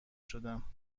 شدم